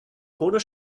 corner